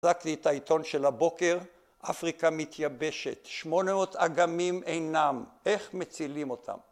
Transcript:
‫החזקתי את העיתון של הבוקר, ‫אפריקה מתייבשת. ‫800 אגמים אינם. ‫איך מצילים אותם?